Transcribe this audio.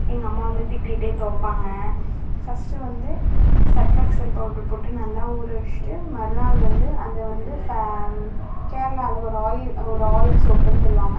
எங்கள் அம்மா வந்து திட்டிகிட்டே தொவப்பாங்க ஃபஸ்ட்டு வந்து சர்ஃப் எக்ஸல் பவுட்ரு போட்டு நல்லா ஊறவச்சுட்டு மறுநாள் வந்து அதை வந்து ப கேரளாவில் ஒரு ஆயி ஒரு ஆயில் சோப்புன்னு சொல்வாங்க